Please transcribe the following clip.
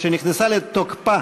שנכנסה לתוקפה